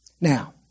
Now